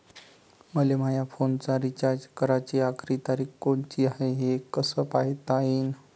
मले माया फोनचा रिचार्ज कराची आखरी तारीख कोनची हाय, हे कस पायता येईन?